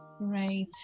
Right